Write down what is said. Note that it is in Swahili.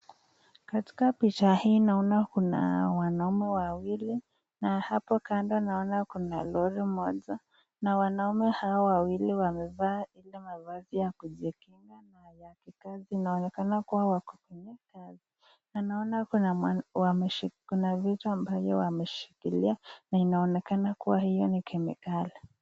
Katika picha hii naona kuna wanaume wawili na hapo kando naona kuna (lorry ) moja na wanaume hao wawili wamevaa Ile mavazi na naona kua kuna vitu wameshikilia na inaonekana kua ni kemikali.